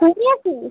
তুই নিয়েছিস